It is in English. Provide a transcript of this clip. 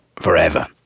forever